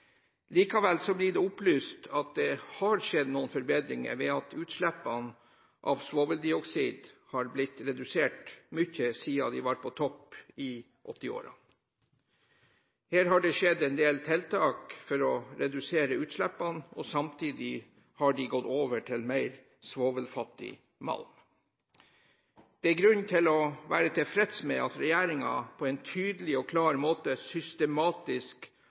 Likevel blir det opplyst at det har skjedd noen forbedringer ved at utslippene av svoveldioksid har blitt redusert mye siden de var på topp i 1980-årene. Her har det skjedd en del tiltak for å redusere utslippene, og samtidig har de gått over til mer svovelfattig malm. Det er grunn til å være tilfreds med at regjeringen på en tydelig og klar måte systematisk